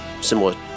similar